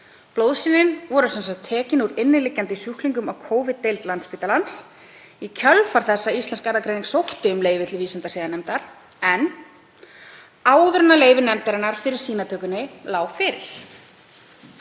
Blóðsýnin voru tekin úr inniliggjandi sjúklingum á Covid-deild Landspítalans í kjölfar þess að Íslensk erfðagreining sótti um leyfi til vísindasiðanefndar en áður en leyfi nefndarinnar fyrir sýnatökunni lá fyrir.